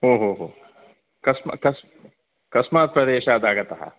ओहोहो कस्मात् प्रदेशादागतः